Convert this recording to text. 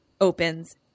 opens